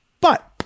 but-